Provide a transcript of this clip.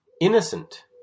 innocent